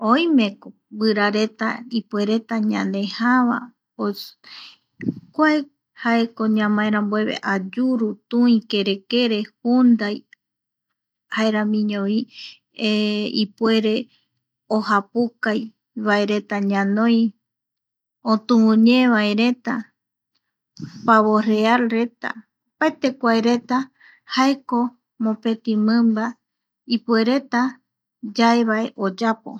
Oime, guira reta ipuereta ñane jaava kuae jaeko ñamae rambueve, ayuru, tui, kerekere, jundai jaeramiñovi ipuereve ojapukai vaereta ñanoi otuvuñee vareta pavo realreta opaete kuaereta jaeko mopeti mimba ipuereta yaevae oyapo.